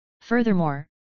Furthermore